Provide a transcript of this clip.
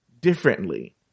differently